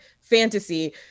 fantasy